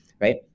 right